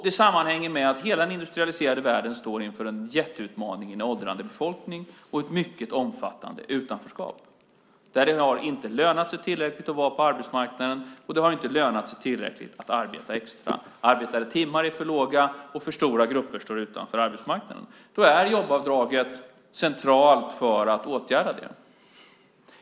Det sammanhänger med att hela den industrialiserade världen står inför en jätteutmaning i form av en åldrande befolkning och ett mycket omfattande utanförskap. Det har inte lönat sig tillräckligt att vara på arbetsmarknaden, och det har inte lönat sig tillräckligt att arbeta extra. Antalet arbetade timmar är för litet och för stora grupper står utanför arbetsmarknaden. För att åtgärda det är jobbskatteavdraget därför centralt.